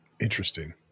Interesting